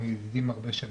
אנחנו ידידים הרבה שנים.